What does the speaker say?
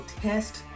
test